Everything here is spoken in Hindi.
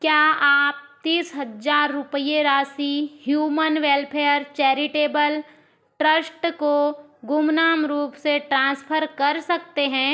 क्या आप तीस हज़ार रुपए राशि ह्यूमन वेलफेयर चैरिटेबल ट्रस्ट को गुमनाम रूप से ट्रांसफ़र कर सकते हैं